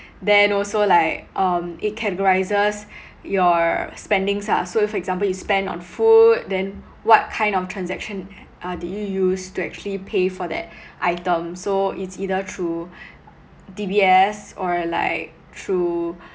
then also like um it categorises your spendings ah so for example you spend on food then what kind of transaction uh did you use to actually pay for that item so it's either through D_B_S or like through